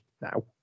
now